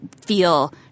feel